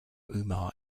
umar